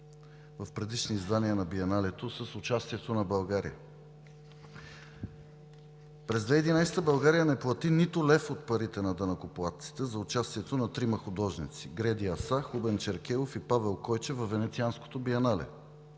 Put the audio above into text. в предишни издания на Биеналето с участието на България. През 2011 г. България не плати нито лев от парите на данъкоплатците за участието на тримата художници – Греди Асса, Хубен Черкелов и Павел Койчев във Венецианското биенале.